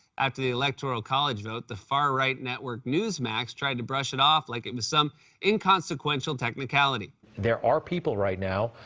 after the electoral college vote, the far-right network newsmax tried to brush it off like it was some inconsequential technicality. there are people, right now,